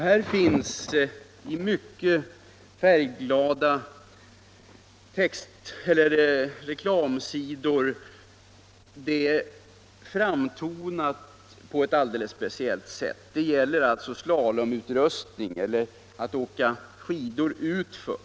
Där finns detta framtonat alldeles speciellt på mycket färgglada reklamsidor. Det gäller slalomutrustning, utrustning för att åka skidor utför.